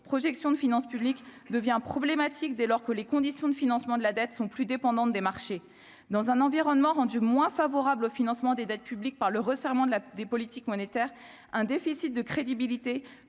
projections de finances publiques devient problématique dès lors que les conditions de financement de la dette sont plus dépendante des marchés dans un environnement rendu moins favorable au financement des dettes publiques par le resserrement de la des politiques monétaires, un déficit de crédibilité